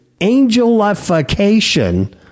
angelification